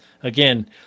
Again